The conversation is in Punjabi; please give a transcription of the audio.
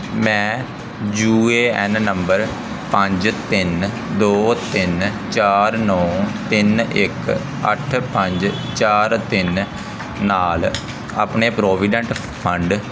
ਮੈਂ ਯੂ ਏ ਐਨ ਨੰਬਰ ਪੰਜ ਤਿੰਨ ਦੋ ਤਿੰਨ ਚਾਰ ਨੌਂ ਤਿੰਨ ਇੱਕ ਅੱਠ ਪੰਜ ਚਾਰ ਤਿੰਨ ਨਾਲ ਆਪਣੇ ਪ੍ਰੋਵੀਡੈਂਟ ਫੰਡ